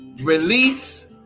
Release